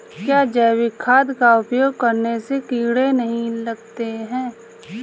क्या जैविक खाद का उपयोग करने से कीड़े नहीं लगते हैं?